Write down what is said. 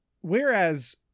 Whereas